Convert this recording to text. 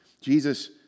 Jesus